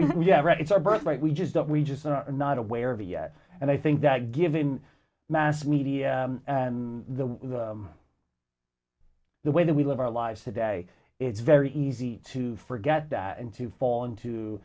have right it's our birthright we just don't we just are not aware of it yet and i think that given mass media the the way that we live our lives today it's very easy to forget that and to fall into